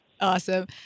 Awesome